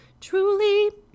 Truly